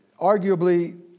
arguably